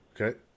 Okay